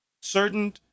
certain